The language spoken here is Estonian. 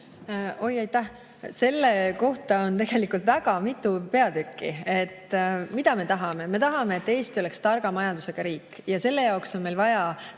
Aitäh! Selle kohta on tegelikult väga mitu peatükki. Mida me tahame? Me tahame, et Eesti oleks targa majandusega riik, ja selle jaoks on meil vaja